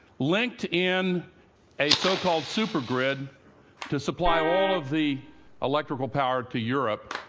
linked in a so-called supergrid to supply all of the electrical power to europe,